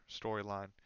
storyline